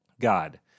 God